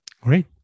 Great